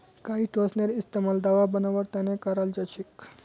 काईटोसनेर इस्तमाल दवा बनव्वार त न कराल जा छेक